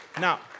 Now